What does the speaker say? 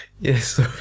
Yes